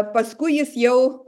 paskui jis jau